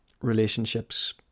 Relationships